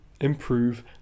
improve